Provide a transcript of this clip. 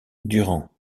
durand